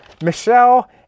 Michelle